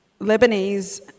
Lebanese